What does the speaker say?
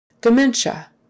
Dementia